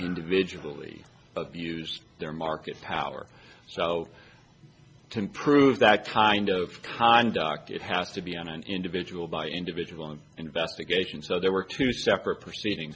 individually abused their markets power so to improve that kind of conduct it has to be on an individual by individual investigation so there were two separate proceedings